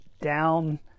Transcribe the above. down